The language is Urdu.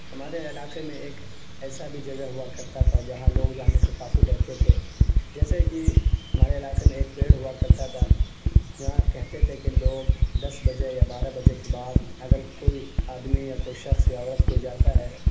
ہمارے علاقے میں ایک ایسا بھی جگہ ہوا کرتا تھا جہاں لوگ جانے سے کافی ڈرتے تھے جیسے کہ ہمارے علاقے میں ایک پیڑ ہوا کرتا تھا جہاں کہتے تھے کہ لوگ دس بجے یا بارہ بجے کے بعد اگر کوئی آدمی یا کوئی شخص یا عورت کوئی جاتا ہے